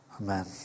Amen